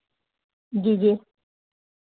जी जी